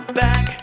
back